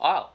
oh